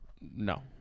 No